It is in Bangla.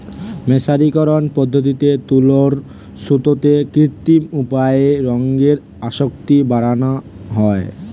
মের্সারিকরন পদ্ধতিতে তুলোর সুতোতে কৃত্রিম উপায়ে রঙের আসক্তি বাড়ানা হয়